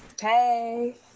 Hey